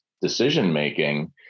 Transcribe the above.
decision-making